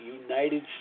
United